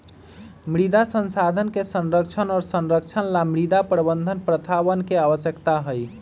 मृदा संसाधन के संरक्षण और संरक्षण ला मृदा प्रबंधन प्रथावन के आवश्यकता हई